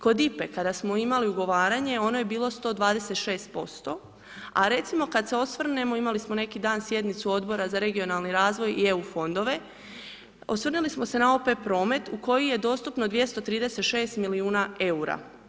Kod IPA-e kada smo imali ugovaranje, ono je bilo 126%, a recimo kada se osvrnemo, imali smo neki dan, sjednicu Odbora za regionalni razvoj i EU fondove, osvrnuli smo se na OP promet u koji je dostupno 236 milijuna eura.